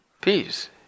peace